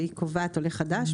והיא קובעת עולה חדש,